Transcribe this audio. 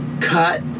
cut